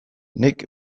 nik